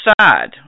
side